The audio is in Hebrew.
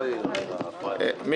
--- אני קורא אותך לסדר.